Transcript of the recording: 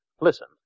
Listen